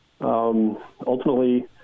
ultimately